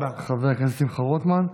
תודה רבה, חבר הכנסת שמחה רוטמן.